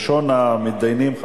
ראשון המתדיינים,